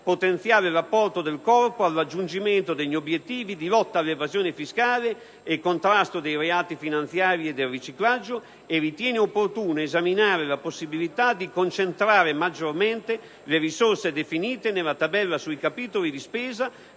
potenziare l'apporto del Corpo al raggiungimento degli obiettivi di lotta all'evasione fiscale e contrasto dei reati finanziari e del riciclaggio e ritiene opportuno esaminare la possibilità di concentrare maggiormente le risorse definite nella tabella sui capitoli di spesa